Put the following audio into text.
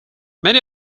many